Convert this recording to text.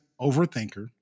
overthinker